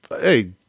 hey